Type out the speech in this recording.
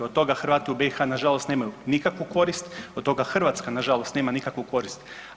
Od toga Hrvati u BiH nažalost nemaju nikakvu korist, od toga Hrvatska nažalost nema nikakvu korist.